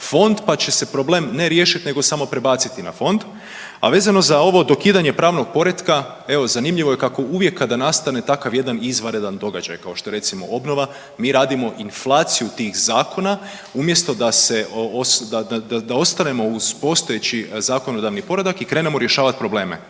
fond, pa će se problem ne riješiti nego samo prebaciti na fond. A vezano za ovo dokidanje pravnog poretka, evo zanimljivo je kako uvijek kada nastane takav jedan izvanredan događaj kao što je recimo obnova mi radimo inflaciju tih zakona umjesto da ostanemo uz postojeći zakonodavni poredak i krenemo rješavat probleme.